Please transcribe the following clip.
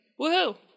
Woohoo